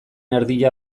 erdia